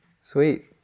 Sweet